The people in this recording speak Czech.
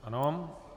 Ano.